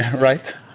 right?